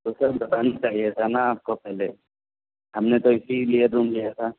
تو سر بتانا چاہیے تھا نا آپ کو پہلے ہم نے تو اسی لیے روم لیا تھا